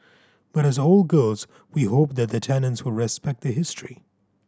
but as old girls we hope that the tenants will respect the history